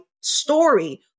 story